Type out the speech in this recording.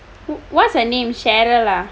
what's her name cheryl ah